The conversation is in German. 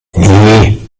nee